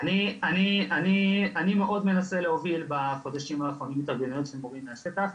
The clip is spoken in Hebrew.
אני מאוד מנסה להוביל בחודשים האחרונים התארגנויות של מורים מהשטח.